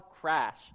crash